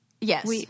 Yes